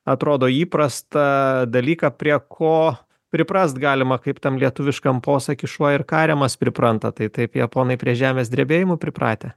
atrodo įprastą dalyką prie ko priprast galima kaip tam lietuviškam posaky šuo ir kariamas pripranta tai taip japonai prie žemės drebėjimų pripratę